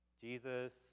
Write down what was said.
Jesus